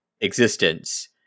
existence